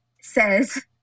says